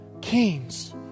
kings